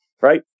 right